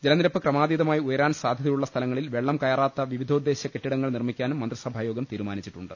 ജലനിരപ്പ് ക്രമാതീതമായി ഉയരാൻ സാധ്യതയുള്ള സ്ഥലങ്ങളിൽ വെള്ളം കയറാത്ത വിവിധോ ദ്ദേശ്യ കെട്ടിടങ്ങൾ നിർമ്മിക്കാനും മന്ത്രിസഭാ യോഗം തീരു മാനിച്ചിട്ടുണ്ട്